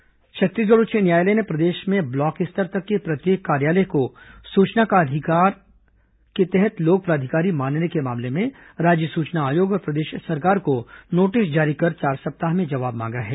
high court notice Chhattisgarh उच्च न्यायालय ने प्रदेश में ब्लॉक स्तर तक के प्रत्येक कार्यालय को सूचना का अधिकार अधिनियम के तहत लोक प्राधिकारी मानने के मामले में राज्य सूचना आयोग और प्रदेश सरकार को नोटिस जारी कर चार सप्ताह में जवाब मांगा है